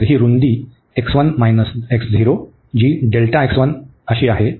तर ही रूंदी जी आहे